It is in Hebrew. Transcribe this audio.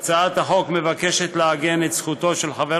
הצעת החוק מבקשת לעגן את זכותו של חבר